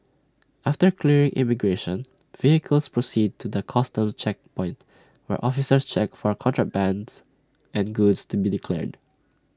after clearing immigration vehicles proceed to the Customs checkpoint where officers check for contrabands and goods to be declared